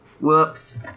Whoops